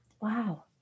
wow